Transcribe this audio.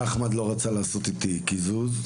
ואחמד לא רצה לעשות איתי קיזוז.